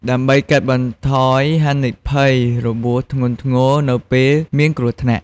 ដើម្បីកាត់បន្ថយហានិភ័យរបួសធ្ងន់ធ្ងរនៅពេលមានគ្រោះថ្នាក់។